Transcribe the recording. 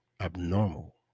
abnormal